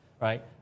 right